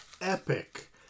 epic